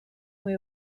mwy